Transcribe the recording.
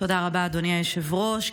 תודה רבה, אדוני היושב-ראש.